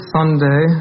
Sunday